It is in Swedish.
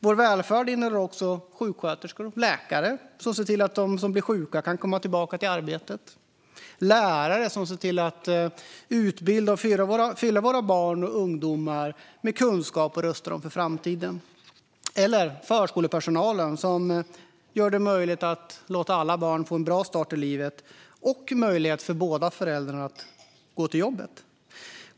Vår välfärd innehåller också sjuksköterskor och läkare som ser till att de som blir sjuka kan komma tillbaka till arbetet, lärare som ser till att utbilda och fylla våra barn och ungdomar med kunskap och rusta dem för framtiden samt förskolepersonal som gör det möjligt att låta alla barn få en bra start i livet och som gör det möjligt för båda föräldrarna att gå till jobbet.